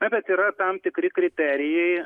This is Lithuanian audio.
na bet yra tam tikri kriterijai